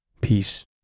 peace